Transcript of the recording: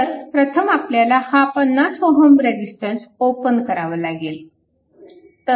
तर प्रथम आपल्याला हा 50 Ω रेजिस्टन्स ओपन करावा लागेल